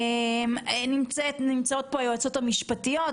נמצאות פה היועצות המשפטיות,